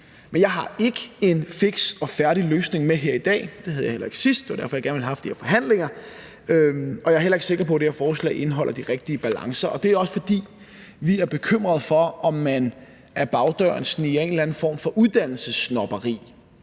Men jeg har ikke en fiks og færdig løsning med her i dag. Det havde jeg heller ikke sidst. Det er derfor, jeg gerne ville have haft de her forhandlinger. Og jeg er heller ikke sikker på, at det her forslag indeholder de rigtige balancer. Det er også, fordi vi er bekymret for, om man ad bagdøren sniger en eller anden form for uddannelsessnobberi